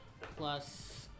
plus